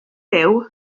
byw